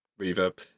reverb